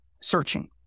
searching